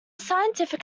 scientific